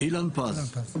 אילן פז.